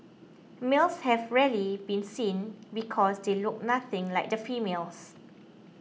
males have rarely been seen because they look nothing like the females